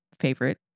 favorite